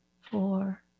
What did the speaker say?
four